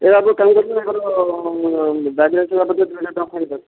ଏ ବାବୁ ଆଙ୍କର ଗାଡ଼ି ଲାଇସେନ୍ସ ବାବଦକୁ ଦୁଇ ହଜାର ଟଙ୍କା ଫାଇନ୍ କରିଦେ